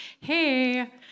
hey